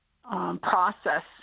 Process